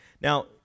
Now